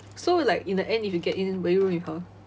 so like in the end if you get in will you room with her